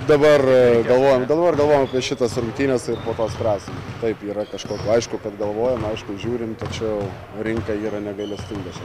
dabar galvojam dabar galvojam apie šitas rungtynes ir po to spręsim taip yra kažkokių aišku kad galvojam aišku žiūrime tačiau rinka yra negailestinga